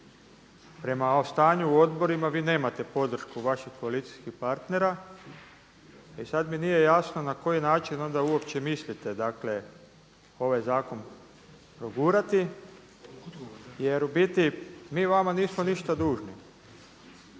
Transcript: Prema stanju u odborima vi nemate podršku vaših koalicijskih partnera i sad mi nije jasno na koji način onda uopće mislite dakle ovaj zakon progurati jer u biti mi vama nismo ništa dužni.